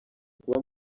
kuba